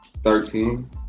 Thirteen